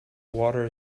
water